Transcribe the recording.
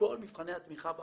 כל מבחני התמיכה באוויר.